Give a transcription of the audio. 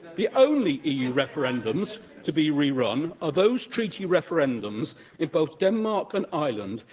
the only eu referendums to be rerun are those treaty referendums in both denmark and ireland,